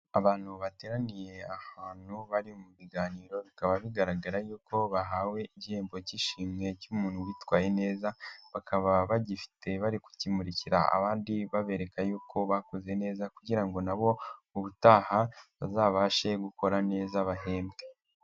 Abantu bateraniye ahantu bari mu biganiro bikaba bigaragara yuko bahawe igihembo cy'ishimwe cy'umuntu witwaye neza, bakaba bagifite bari kukimurikira abandi babereka yuko bakoze neza kugira ngo nabo ubutaha bazabashe gukora neza bahembwe.